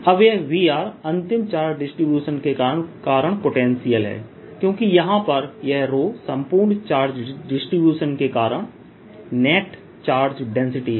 अब यह V अंतिम चार्ज डिस्ट्रीब्यूशन के कारण पोटेंशियल है क्योंकि यहां पर यह रो संपूर्ण चार्ज डिस्ट्रीब्यूशन के कारण नेट चार्ज डेंसिटी है